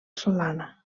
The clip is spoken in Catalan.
solana